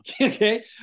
okay